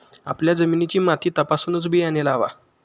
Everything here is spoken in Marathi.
आपल्या जमिनीची माती तपासूनच बियाणे लावा